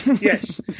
Yes